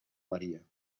maria